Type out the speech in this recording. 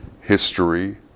history